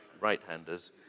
right-handers